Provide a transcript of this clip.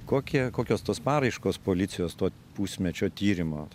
kokie kokios tos paraiškos policijos to pusmečio tyrimo